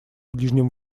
ближнем